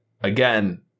Again